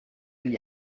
gli